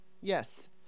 Yes